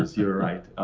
you're right.